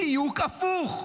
בדיוק הפוך.